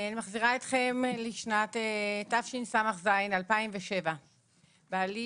אני מחזירה אתכם לשנת התשס"ז 2007. בעלי,